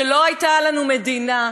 שלא הייתה לנו מדינה,